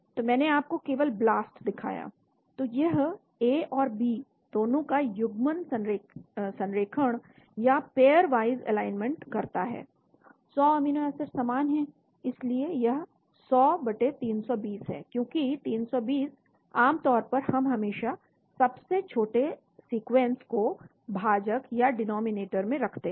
तो मैंने आपको केवल BLAST दिखाया तो यह A और B दोनों का युग्मन संरेखण या पेयरवाइज एलाइनमेंट करता है 100 अमीनो एसिड समान हैं इसलिए यह 100320 है क्योंकि 320 आम तौर पर हम हमेशा सबसे छोटे सीक्वेंस को भाजक या डिनॉमिनेटर में रखते हैं